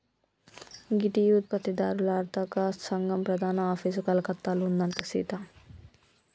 గీ tea ఉత్పత్తి దారుల అర్తక సంగం ప్రధాన ఆఫీసు కలకత్తాలో ఉందంట సీత